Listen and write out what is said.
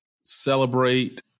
celebrate